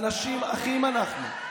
אנשים אחים אנחנו.